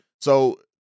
So-